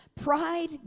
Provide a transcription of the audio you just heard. Pride